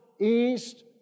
east